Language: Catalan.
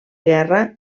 guerra